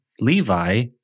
Levi